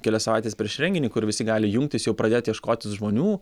kelias savaites prieš renginį kur visi gali jungtis jau pradėt ieškotis žmonių